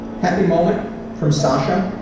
happy moment from sasha.